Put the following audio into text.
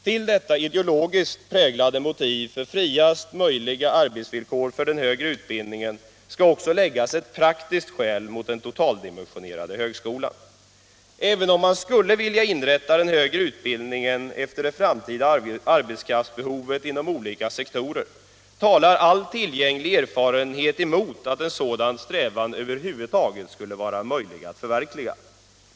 Till detta ideologiskt präglade motiv för friaste möjliga arbetsvillkor åt den högre utbildningen skall läggas ett praktiskt skäl mot den totaldimensionerade högskolan. Även om man skulle vilja inrätta den högre utbildningen efter det framtida arbetskraftsbehovet inom olika sektorer, talar all tillgänglig erfarenhet emot att en sådan strävan över huvud taget skulle vara möjlig att förverkliga.